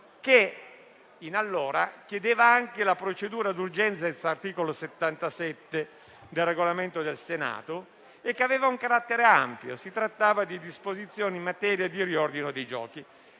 che chiedeva anche la procedura d'urgenza *ex* articolo 77 del regolamento del Senato e che aveva un carattere ampio, trattandosi di disposizioni in materia di riordino dei giochi.